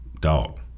Dog